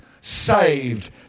saved